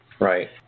Right